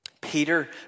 Peter